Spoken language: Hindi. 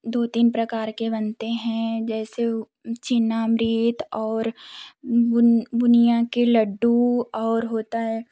दो तीन प्रकार के बनते हैं जैसे चीनामृत और बुन बुनिया के लड्डू और होता है